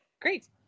Great